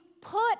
put